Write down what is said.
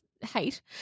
hate